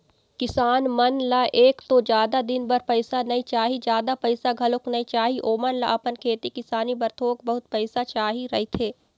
किसान मन ल एक तो जादा दिन बर पइसा नइ चाही, जादा पइसा घलोक नइ चाही, ओमन ल अपन खेती किसानी बर थोक बहुत पइसा चाही रहिथे